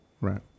Right